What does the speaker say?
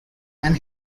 and